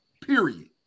Period